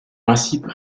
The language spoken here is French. principes